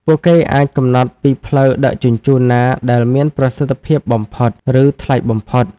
ពួកគេអាចកំណត់ពីផ្លូវដឹកជញ្ជូនណាដែលមានប្រសិទ្ធភាពបំផុត ឬថ្លៃបំផុត។